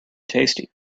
tasty